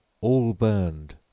all-burned